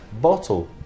bottle